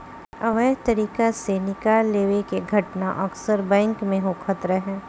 अवैध तरीका से निकाल लेवे के घटना अक्सर बैंक में होखत रहे